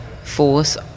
force